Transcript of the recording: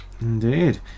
indeed